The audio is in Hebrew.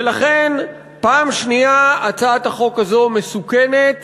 ולכן, פעם שנייה הצעת החוק הזאת מסוכנת